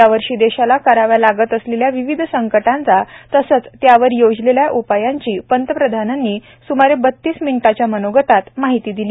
या वर्षी देशाला कराव्या लागत असलेल्या विविध संकटांचा तसंच त्यावर योजलेल्या उपायांची पंतप्रधानांनी स्मारे बत्तीस मिनिटांच्या मनोगतात माहिती दिली